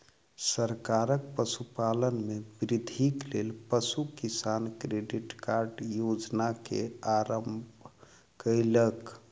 सरकार पशुपालन में वृद्धिक लेल पशु किसान क्रेडिट कार्ड योजना के आरम्भ कयलक